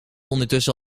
ondertussen